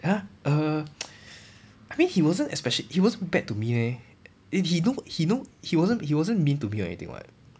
!huh! err I mean he wasn't especially he wasn't bad to me leh he know he know he wasn't he wasn't mean to me or anything [what]